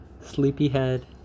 Sleepyhead